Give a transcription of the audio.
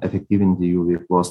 efektyvinti jų veiklos